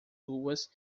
ruas